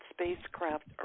spacecraft